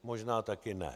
Možná taky ne.